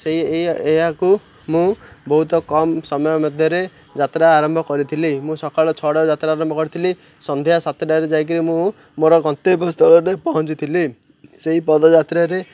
ସେଇ ଏହାକୁ ମୁଁ ବହୁତ କମ୍ ସମୟ ମଧ୍ୟରେ ଯାତ୍ରା ଆରମ୍ଭ କରିଥିଲି ମୁଁ ସକାଳ ଛଅଟା ଯାତ୍ରା ଆରମ୍ଭ କରିଥିଲି ସନ୍ଧ୍ୟା ସାତଟାରେ ଯାଇକରି ମୁଁ ମୋର ଗନ୍ତବ୍ୟ ସ୍ଥଳରେ ପହଞ୍ଚିଥିଲି ସେହି ପଦଯାତ୍ରାରେ